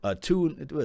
two